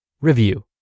review